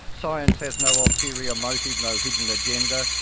science has no ulterior motive, no hidden agenda.